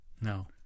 No